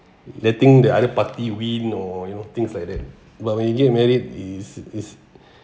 letting the other party win or you know things like that but when you get married is is